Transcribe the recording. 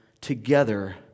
together